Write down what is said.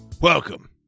Welcome